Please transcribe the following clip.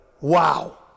Wow